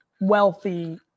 wealthy